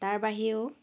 তাৰ বাহিৰেও